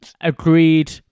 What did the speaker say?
agreed